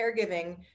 caregiving